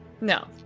No